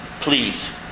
please